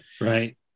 Right